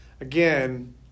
Again